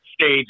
stage